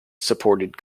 supported